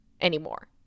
anymore